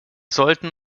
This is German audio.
sollten